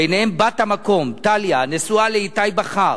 ביניהם בת המקום טליה, הנשואה לאיתי בכר,